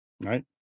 right